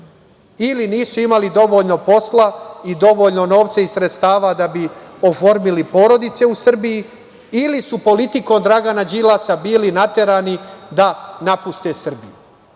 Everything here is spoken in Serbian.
ili nisu imali dovoljno posla, i dovoljno novca i sredstava da bi oformili porodice u Srbiji, ili su politikom Dragana Đilasa bili naterani da napuste Srbiju. Tako